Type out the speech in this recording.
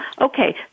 Okay